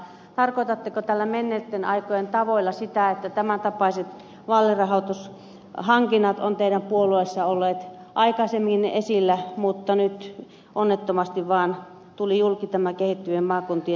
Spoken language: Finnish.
tarkoitatteko näillä menneitten aikojen tavoilla sitä että tämäntapaiset vaalirahoitushankinnat ovat teidän puolueessanne olleet aikaisemminkin esillä mutta nyt vaan onnettomasti tuli julki tämä kehittyvien maakuntien suomi